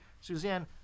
Suzanne